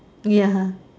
ya